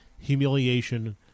Humiliation